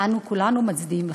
אנו כולנו מצדיעים לכן.